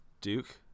Duke